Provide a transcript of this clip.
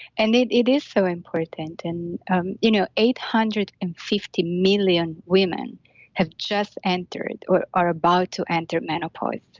and it it is so important. and um you know eight hundred and fifty million women have just entered or are about to enter menopause.